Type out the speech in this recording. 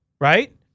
right